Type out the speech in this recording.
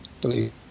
believe